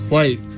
Wait